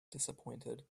disappointed